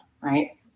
right